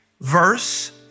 verse